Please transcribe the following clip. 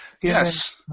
Yes